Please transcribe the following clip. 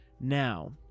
Now